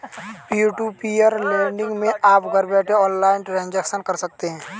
peer to peer lending मै आप घर बैठे ऑनलाइन ट्रांजेक्शन कर सकते है